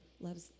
loves